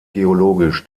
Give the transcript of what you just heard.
geologisch